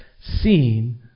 seen